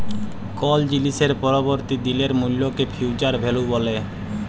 call জিলিসের পরবর্তী দিলের মূল্যকে ফিউচার ভ্যালু ব্যলে